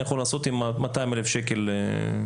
יכול לעשות עם ה-200,000 אלף שקל בשנה?